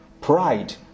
Pride